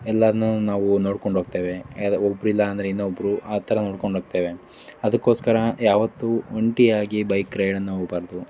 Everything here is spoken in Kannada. ಎಲ್ಲರನ್ನೂ ನಾವು ನೋಡ್ಕೊಂಡು ಹೋಗ್ತೇವೆ ಯಾರು ಒಬ್ಬರು ಇಲ್ಲ ಅಂದರೆ ಇನ್ನೊಬ್ಬರು ಆ ಥರ ನೋಡ್ಕೊಂಡು ಹೋಗ್ತೇವೆ ಅದಕ್ಕೋಸ್ಕರ ಯಾವತ್ತೂ ಒಂಟಿಯಾಗಿ ಬೈಕ್ ರೈಡನ್ನು ಹೋಬಾರ್ದು